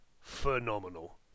phenomenal